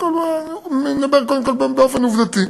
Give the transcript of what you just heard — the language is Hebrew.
אני מדבר קודם כול באופן עובדתי.